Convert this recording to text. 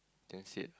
that's it